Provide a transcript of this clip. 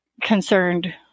concerned